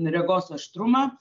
regos aštrumą